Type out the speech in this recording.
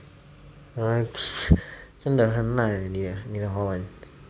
ah 真的很烂你的你的华文